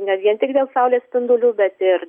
ne vien tik dėl saulės spindulių bet ir